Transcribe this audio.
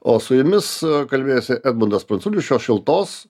o su jumis kalbėjosi edmundas pranculis šios šiltos